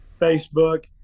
Facebook